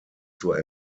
zur